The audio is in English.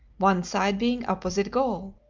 one side being opposite gaul.